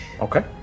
Okay